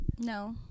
No